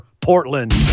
portland